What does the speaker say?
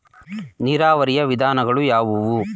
ನೀರಾವರಿಯ ವಿಧಾನಗಳು ಯಾವುವು?